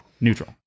neutral